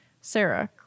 Sarah